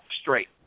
straight